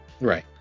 Right